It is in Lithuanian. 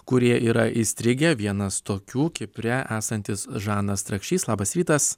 kurie yra įstrigę vienas tokių kipre esantis žanas strakšys labas rytas